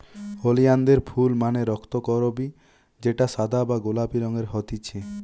ওলিয়ানদের ফুল মানে রক্তকরবী যেটা সাদা বা গোলাপি রঙের হতিছে